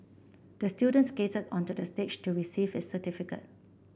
the student skated onto the stage to receive his certificate